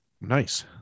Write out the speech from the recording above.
Nice